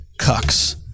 cucks